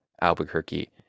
Albuquerque